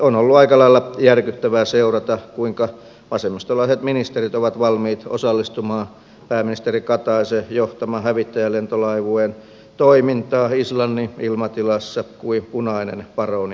on ollut aika lailla järkyttävää seurata kuinka vasemmistolaiset ministerit ovat valmiit osallistumaan pääministeri kataisen johtaman hävittäjälentolaivueen toimintaan islannin ilmatilassa kuin punainen paroni ikään